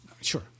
Sure